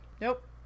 nope